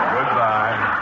Goodbye